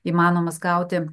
įmanomas gauti